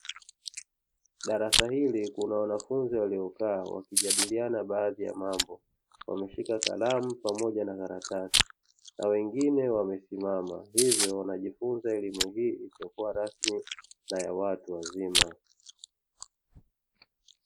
Darasa hili kuna wanafunzi waliokaa wakijadiliana baadhi ya mambo, wameshika kalamu pamoja na karatasi na wengine wamesimama, hivyo wanajifunza elimu hii isiyokuwa rasmi na ya watu wazima.